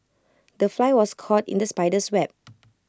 the fly was caught in the spider's web